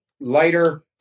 lighter